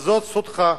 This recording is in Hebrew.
וזו זכותך,